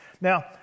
Now